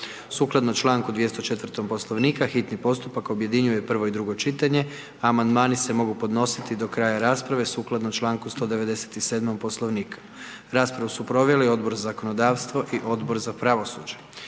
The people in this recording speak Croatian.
Sukladno čl. 204. Poslovnika, hitni postupak objedinjuje prvo i drugo čitanje, a amandmani se mogu podnositi do kraja rasprave sukladno čl. 197. Poslovnika. Raspravu su proveli Odbor za zakonodavstvo i Odbor za pravosuđe.